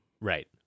Right